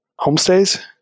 homestays